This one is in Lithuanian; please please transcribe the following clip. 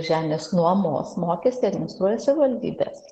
žemės nuomos mokestį administruoja savivaldybės